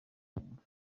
amakenga